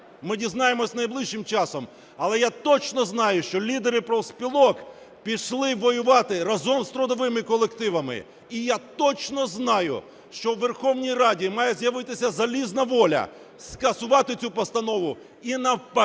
ми дізнаємося найближчим часом. Але я точно знаю, що лідери профспілок пішли воювати разом з трудовими колективами. І я точно знаю, що у Верховній Раді має з'явитися залізна воля скасувати цю постанову і навпаки